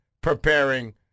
preparing